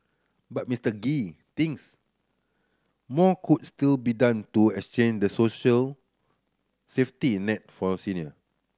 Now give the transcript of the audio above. but Mister Gee thinks more could still be done to enhance the social safety net for senior